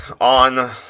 on